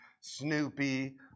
Snoopy